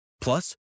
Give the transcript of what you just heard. Plus